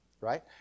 right